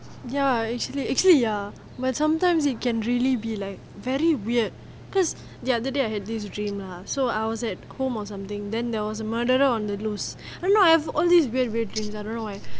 ya actually actually ya but sometimes it can really be like very weird that's the other day I had this dream lah so I was at home or something then there was a murderer on the loose end up I have all these weird weird things I don't know why